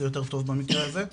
זה יותר טוב במקרה הזה.